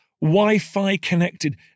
Wi-Fi-connected